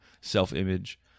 self-image